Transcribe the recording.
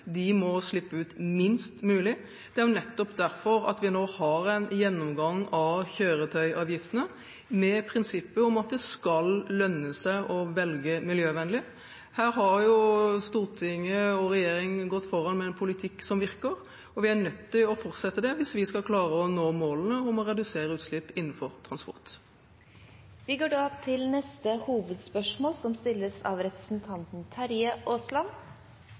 må slippe ut minst mulig. Det er nettopp derfor vi nå har en gjennomgang av kjøretøyavgiftene, med prinsippet om at det skal lønne seg å velge miljøvennlig. Her har Stortinget og regjeringen gått foran med en politikk som virker, og vi er nødt til å fortsette med det hvis vi skal klare å nå målene om å redusere utslipp innenfor transport. Vi går da til neste hovedspørsmål. Klima- og miljøministeren kan bare bli stående. Vi har som